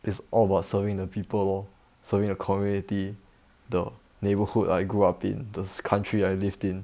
it's all about serving the people lor serving the community the neighbourhood I grew up in the country I lived in